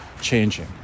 changing